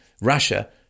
Russia